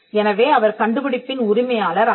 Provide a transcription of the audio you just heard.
எனவே அவர் கண்டுபிடிப்பின் உரிமையாளர் அல்ல